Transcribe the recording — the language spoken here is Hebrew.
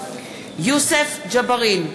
יוסף ג'בארין,